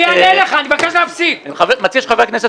אני מציע שחבר הכנסת